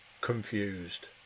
confused